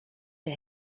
der